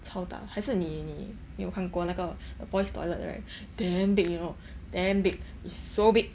超大还是你你你有看过那个 the boys' toilet right damn big you know damn big it's so big